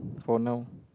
for now